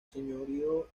señorío